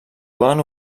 poden